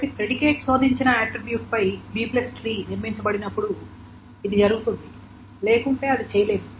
కాబట్టి ప్రిడికేట్ శోధించిన ఆట్రిబ్యూట్ పై Bట్రీ నిర్మించబడినప్పుడు ఇది జరుగుతుంది లేకుంటే అది చేయలేము